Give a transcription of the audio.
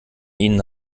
ihnen